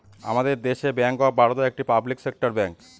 আমাদের দেশে bank of Baroda একটি পাবলিক সেক্টর ব্যাঙ্ক